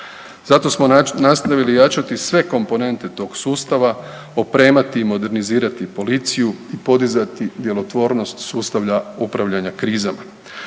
Zato smo nastavili jačati sve komponente tog sustava, opremati i modernizirati policiju i podizati djelotvornost sustavlja upravljanja krizama.